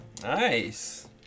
Nice